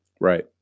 Right